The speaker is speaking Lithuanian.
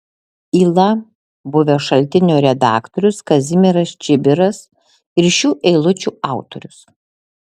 yla buvęs šaltinio redaktorius kazimieras čibiras ir šių eilučių autorius